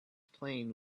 playing